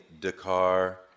dakar